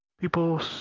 People